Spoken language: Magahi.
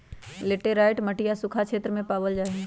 लेटराइट मटिया सूखा क्षेत्र में पावल जाहई